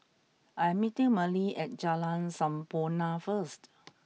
I'm meeting Merle at Jalan Sampurna first